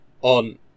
on